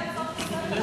אז מתי ההצעות לסדר-היום?